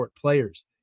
players